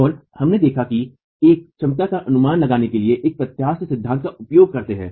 और हमने देखा है कि हम क्षमता का अनुमान लगाने के लिए एक प्रत्यास्थता सिद्धांत का उपयोग करते हैं